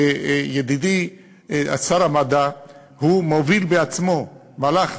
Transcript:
ידידי שר המדע מוביל בעצמו מהלך,